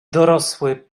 dorosły